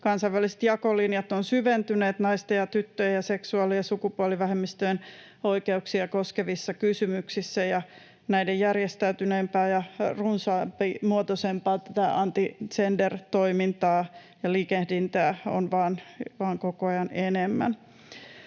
kansainväliset jakolinjat ovat syventyneet naisten ja tyttöjen ja seksuaali- ja sukupuolivähemmistöjen oikeuksia koskevissa kysymyksissä, ja järjestäytyneempää ja runsasmuotoisempaa anti-gender-toimintaa ja liikehdintää on koko ajan vain enemmän.